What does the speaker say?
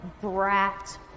brat